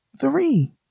three